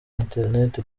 internet